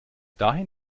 dahin